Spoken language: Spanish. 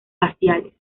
faciales